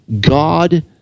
God